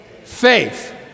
Faith